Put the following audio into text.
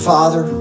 Father